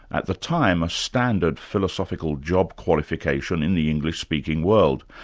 at the time a standard philosophical job qualification in the english-speaking world.